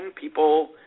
People